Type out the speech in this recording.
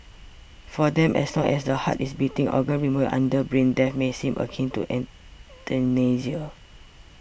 for them as long as the heart is beating organ removal under brain death may seem akin to euthanasia